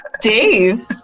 Dave